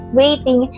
waiting